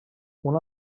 una